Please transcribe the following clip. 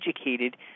educated